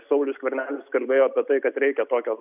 saulius skvernelis kalbėjo apie tai kad reikia tokio